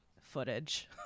footage